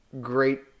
great